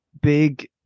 big